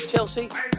Chelsea